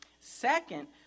Second